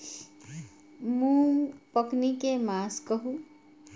मूँग पकनी के मास कहू?